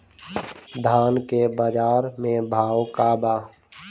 धान के बजार में भाव का बा